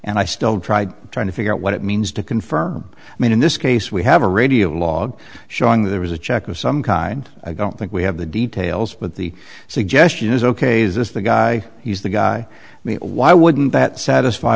and i still tried trying to figure out what it means to confirm i mean in this case we have a radio log showing that there was a check of some kind i don't think we have the details but the suggestion is ok's this the guy he's the guy i mean why wouldn't that satisfy